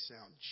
sound